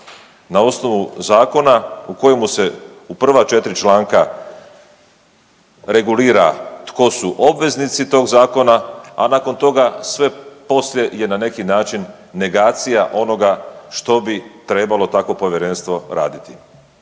na osnovu zakona u kojemu se u prva četiri članka regulira tko su obveznici tog zakona, a nakon toga sve poslije je na neki način negacija onoga što bi trebalo tako povjerenstvo raditi.